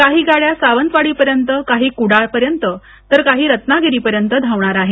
काही गाड्या सावंतवाडीपर्यंत काही कडाळपर्यंत तर काही रत्नागिरीपर्यंत धावणार आहेत